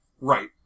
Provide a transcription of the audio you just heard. Right